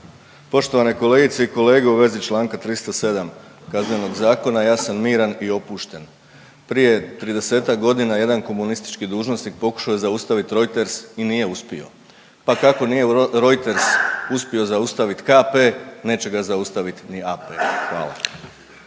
poštovane kolegice i kolege u vezi Članka 307. Kaznenog zakona ja sam miran i opušten. Prije 30-ak godina jedan komunistički dužnosnik pokušao je zaustaviti Reuters i nije uspio, pa kako nije Reuters uspio KP neće ga zaustavit ni AP. Hvala.